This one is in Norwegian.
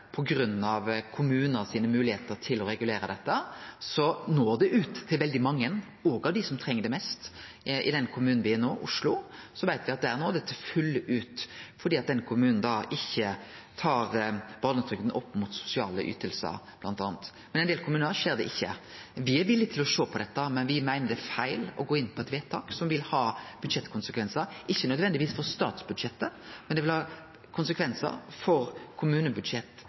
del kommunar skjer ikkje det. Me er villige til å sjå på dette, men me meiner det er feil å gå inn for eit vedtak som vil ha budsjettkonsekvensar – ikkje nødvendigvis for statsbudsjettet, men det vil ha konsekvensar for kommunebudsjett